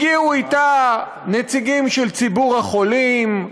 הגיעו אתה נציגים של ציבור החולים,